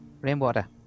Rainwater